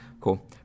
cool